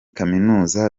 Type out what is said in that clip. kaminuza